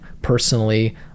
personally